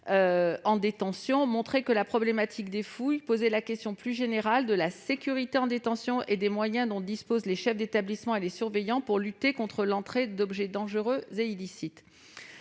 en détention a montré que la problématique des fouilles posait la question plus générale de la sécurité en détention et des moyens dont disposent les chefs d'établissement et les surveillants pour lutter contre l'entrée d'objets dangereux et illicites.